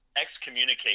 excommunicate